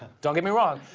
don't get me wrong.